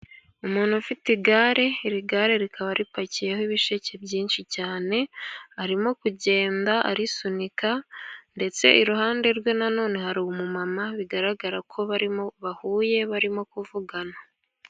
Umuntu ufite igare, iri gare rikaba ripakiyeho ibisheke byinshi cyane. Arimo kugenda arisunika, ndetse iruhande rwe na none hari umumama, bigaragara ko bahuye barimo kuvugana.